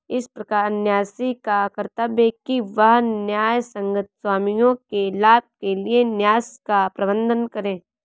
इस प्रकार न्यासी का कर्तव्य है कि वह न्यायसंगत स्वामियों के लाभ के लिए न्यास का प्रबंधन करे